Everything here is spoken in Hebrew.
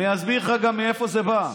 אני אסביר לך גם מאיפה זה בא.